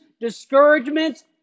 discouragements